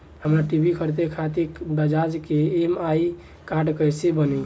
हमरा टी.वी खरीदे खातिर बज़ाज़ के ई.एम.आई कार्ड कईसे बनी?